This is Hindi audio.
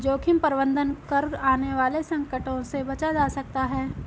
जोखिम प्रबंधन कर आने वाले संकटों से बचा जा सकता है